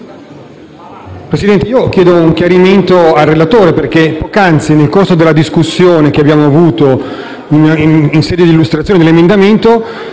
Presidente, intervengo per chiedere un chiarimento al relatore, perché poc'anzi, nel corso della discussione che abbiamo avuto in sede di illustrazione dell'emendamento,